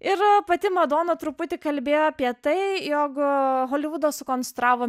ir pati madona truputį kalbėjo apie tai jogo holivudas sukonstravo